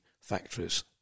factories